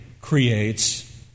creates